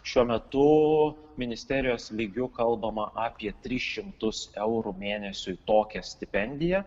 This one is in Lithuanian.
šiuo metu ministerijos lygiu kalbama apie tris šimtus eurų mėnesiui tokią stipendiją